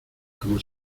como